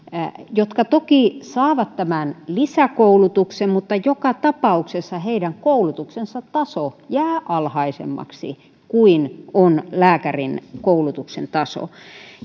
jotka toki saavat tämän lisäkoulutuksen mutta joka tapauksessa heidän koulutuksensa taso jää alhaisemmaksi kuin on lääkärin koulutuksen taso